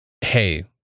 hey